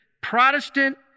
Protestant